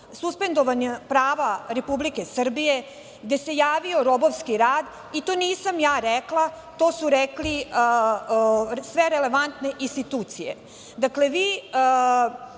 suspendovana prava Republike Srbije, gde se javio robovski rad i to nisam ja rekla, to su rekle sve relevantne institucije. Dakle,